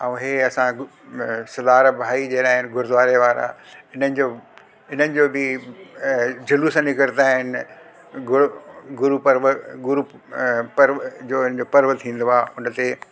ऐं हे असां सरदार भाई जेड़ा आइन गुरूद्वारे वारा हिननि जो हिननि जो बि ऐं जलूसनि निकरंदा आहिनि गुरू गुरू पर्व ऐं जो हिन जो पर्व थींदो आहे हुन ते